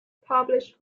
published